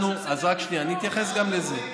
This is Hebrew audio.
אז רק שנייה, אני אתייחס גם לזה.